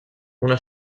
una